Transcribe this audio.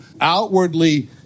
outwardly